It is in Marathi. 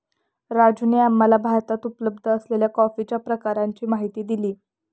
राजूने आम्हाला भारतात उपलब्ध असलेल्या कॉफीच्या प्रकारांची माहिती दिली